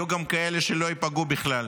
יהיו גם כאלה שלא ייפגעו בכלל.